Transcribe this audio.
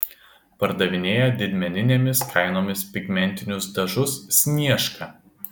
pardavinėja didmeninėmis kainomis pigmentinius dažus sniežka